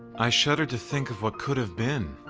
i shudder to think of what could have been.